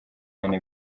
inyoni